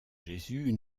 jésus